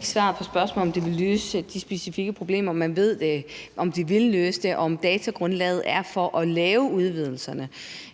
svar på spørgsmålet om, om det vil løse de specifikke problemer; om man ved, om det vil løse det, og om datagrundlaget er der for at lave udvidelserne.